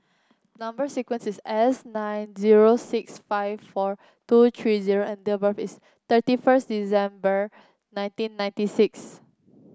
number sequence is S nine zero six five four two three O and date birth is thirty first December nineteen ninety six